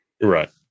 Right